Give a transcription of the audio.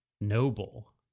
noble